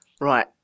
Right